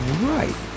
Right